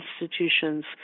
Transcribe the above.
institutions